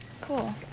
Cool